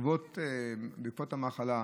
בעקבות המחלה,